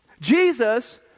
Jesus